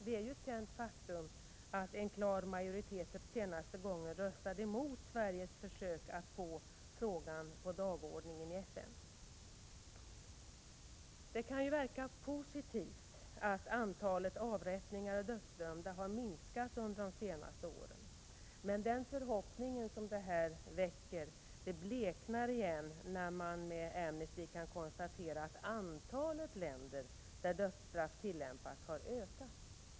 Det är ju ett känt faktum att en klar majoritet senaste gången röstade mot Sveriges försök att få frågan på dagordningen i FN. Det kan verka positivt att antalet avrättningar och dödsdömda har minskat under de senaste åren, men den förhoppning som detta väcker bleknar igen, när man med Amnesty kan konstatera att antalet länder där dödsstraff tillämpas har ökat.